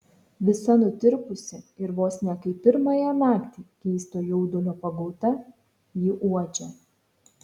visa nutirpusi ir vos ne kaip pirmąją naktį keisto jaudulio pagauta ji uodžia